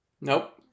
Nope